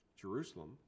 Jerusalem